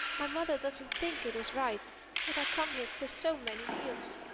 my mother doesn't think it is right that i come here for so many meals.